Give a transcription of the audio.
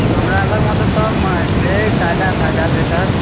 हमरा लगमे तऽ सभ माछ छै ताजा ताजा भेटत